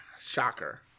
shocker